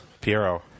Piero